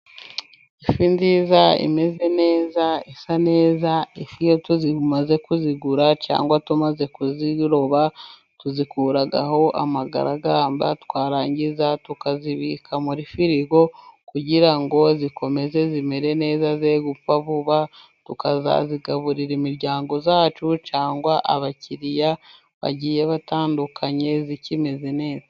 Ifi nziza imeze neza isa neza, ifi iyo tumaze kuzigura cyangwa tumaze kuziroba tuzikuraho amagaragamba, twarangiza tukazibika muri firigo kugirango zikomeze zimere neza ze gupfa vuba, tukazazigaburira imiryango yacu cyangwa abakiriya bagiye batandukanye zikimeze neza.